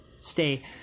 stay